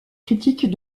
critiques